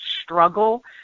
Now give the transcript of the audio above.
struggle